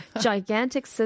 gigantic